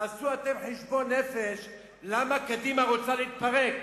תעשו אתם חשבון נפש למה קדימה רוצה להתפרק?